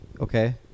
Okay